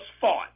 fought